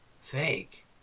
Fake